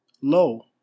lo